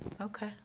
Okay